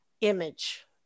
image